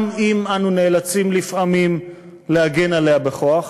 גם אם אנו נאלצים לפעמים להגן עליה בכוח,